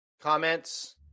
comments